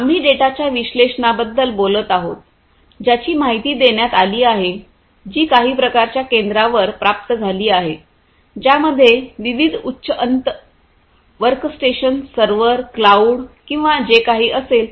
आम्ही डेटाच्या विश्लेषणाबद्दल बोलत आहोत ज्याची माहिती देण्यात आली आहे जी काही प्रकारच्या केंद्रावर प्राप्त झाली आहे ज्यामध्ये विविध उच्च अंत वर्कस्टेशन्स सर्व्हर क्लाउड किंवा जे काही असेल